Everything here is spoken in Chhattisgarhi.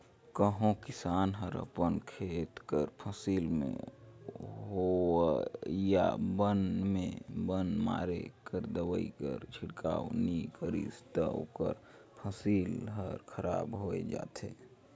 कहों किसान हर अपन खेत कर फसिल में होवइया बन में बन मारे कर दवई कर छिड़काव नी करिस ता ओकर फसिल हर खराब होए जाथे